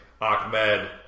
Ahmed